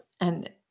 and-